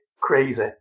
crazy